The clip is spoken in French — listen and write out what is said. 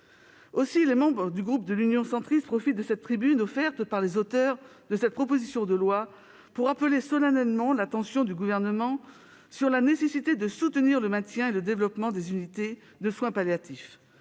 Aussi, les membres du groupe Union Centriste profitent de cette tribune offerte par les auteurs de cette proposition de loi pour attirer solennellement l'attention du Gouvernement sur la nécessité de soutenir le maintien et le développement des unités de soins palliatifs,